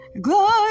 Glory